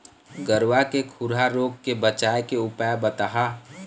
गरवा के खुरा रोग के बचाए के उपाय बताहा?